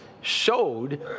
showed